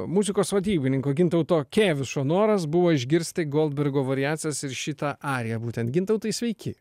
muzikos vadybininko gintauto kėvišo noras buvo išgirsti goldbergo variacijas ir šitą ariją būtent gintautai sveiki